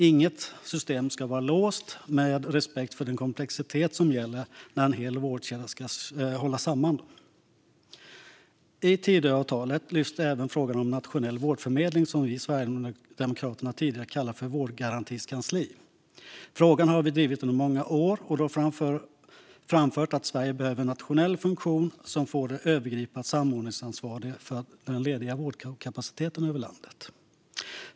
Inget system ska vara låst, med respekt för den komplexitet som gäller när en hel vårdkedja ska hålla samman. I Tidöavtalet lyfts även frågan om nationell vårdförmedling, som vi sverigedemokrater tidigare kallat för vårdgarantikansli. Vi har drivit frågan under många år och då framfört att Sverige behöver en nationell funktion som får det övergripande samordningsansvaret för den lediga vårdkapaciteten i landet.